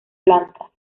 plantas